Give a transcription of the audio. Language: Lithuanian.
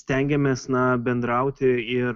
stengiamės na bendrauti ir